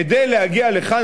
כדי להגיע לכאן.